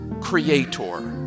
creator